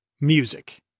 Music